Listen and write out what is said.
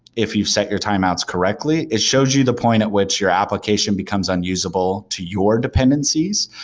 if you set your timeouts correctly, it shows you the point at which your application becomes unusable to your dependencies,